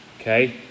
okay